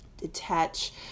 Detach